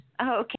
okay